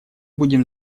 будем